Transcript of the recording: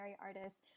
artists